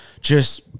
Just-